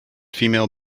female